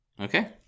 Okay